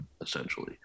essentially